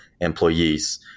employees